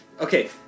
Okay